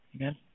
Amen